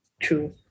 True